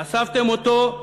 חשפתם אותו,